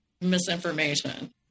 misinformation